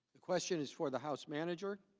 the question is for the house manager.